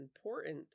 important